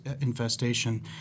infestation